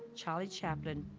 charlie chaplin,